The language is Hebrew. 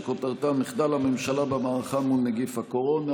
שכותרתה: מחדל הממשלה במערכה מול נגיף הקורונה.